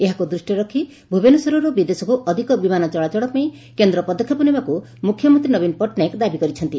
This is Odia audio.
ଏହାକୁ ଦୃଷ୍ଟିରେ ରଖି ଭୁବନେଶ୍ୱରରୁ ବିଦେଶକୁ ଅଧିକ ବିମାନ ଚଳାଚଳ ପାଇଁ କେନ୍ଦ ପଦକ୍ଷେପ ନେବାକୁ ମୁଖ୍ୟମନ୍ତୀ ନବୀନ ପଟ୍ଟନାୟକ ଦାବି କରିଛନ୍ତି